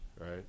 right